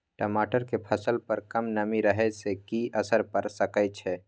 टमाटर के फसल पर कम नमी रहै से कि असर पैर सके छै?